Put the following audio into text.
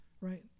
right